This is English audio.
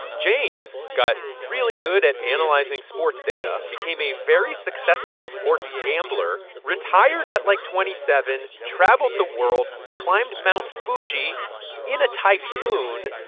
james got really good at analyzing sports data, became a very successful sports gambler, retired at, like, twenty seven, traveled the world, climbed mount fuji in a typhoon.